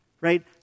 right